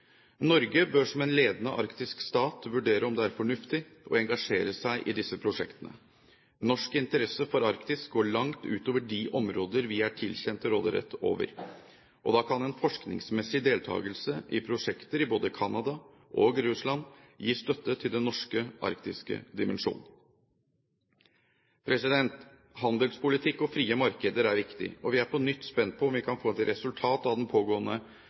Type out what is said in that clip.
Norge bør som en ledende arktisk stat vurdere om det er fornuftig å engasjere seg i disse prosjektene. Norsk interesse for Arktis går langt utover de områder vi er tilkjent råderett over. Da kan en forskningsmessig deltakelse i prosjekter i både Canada og Russland gi støtte til den norske arktiske dimensjon. Handelspolitikk og frie markeder er viktig. Vi er på nytt spente på om vi kan få et resultat av den pågående